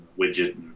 widget